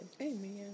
Amen